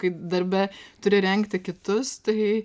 kaip darbe turi rengti kitus tai